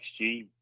XG